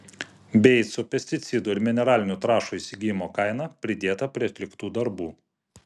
beicų pesticidų ir mineralinių trąšų įsigijimo kaina pridėta prie atliktų darbų